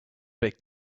big